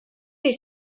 bir